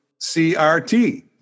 CRT